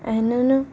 ऐं हिननि